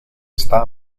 está